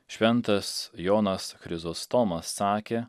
šventas jonas chrizostomas sakė